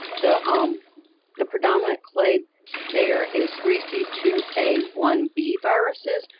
the um the predominant clade there is three c two a one b viruses,